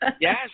yes